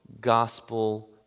gospel